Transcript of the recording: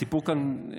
הסיפור כאן,